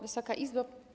Wysoka Izbo!